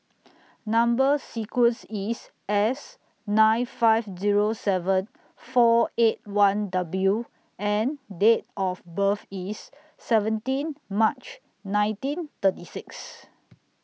Number sequence IS S nine five Zero seven four eight one W and Date of birth IS seventeen March nineteen thirty six